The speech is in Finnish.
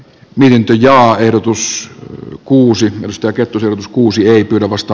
viljaa ehdotus on kuusi josta kettu s kuusi ei pyydä vasta